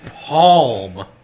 palm